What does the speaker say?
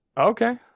Okay